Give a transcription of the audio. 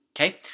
Okay